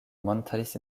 montris